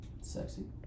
Sexy